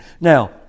Now